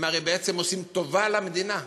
הם הרי בעצם עושים טובה למדינה.